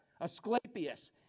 Asclepius